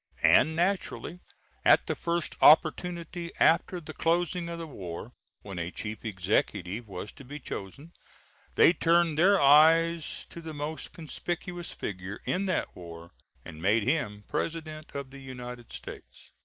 and naturally at the first opportunity after the closing of the war when a chief executive was to be chosen they turned their eyes to the most conspicuous figure in that war and made him president of the united states.